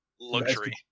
luxury